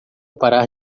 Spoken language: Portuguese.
parar